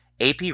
AP